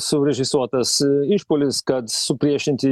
surežisuotas išpuolis kad supriešinti